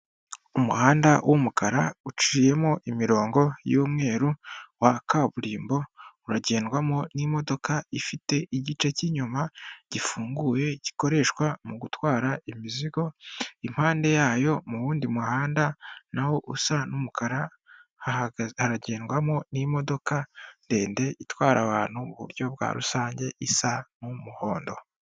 Umuhanda w'umukara uciyemo imirongo y'umweru wa kaburimbo uragendwamo n'imodoka ifite igice cy'inyuma gifunguye gikoreshwa mu gutwara imizigo, impande yayo mu wundi muhanda nawo usa n'umukara haragendwamo n'imodoka ndende itwara abantu mu buryo bwa rusange isa n'umuhondo.